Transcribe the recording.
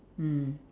mm